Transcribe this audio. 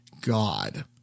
God